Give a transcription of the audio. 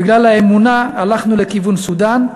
בגלל האמונה הלכנו לכיוון סודאן,